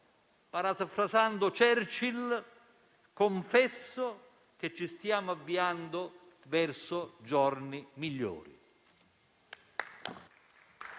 Parafrasando Churchill, confesso che ci stiamo avviando verso giorni migliori.